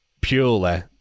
purely